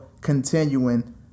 continuing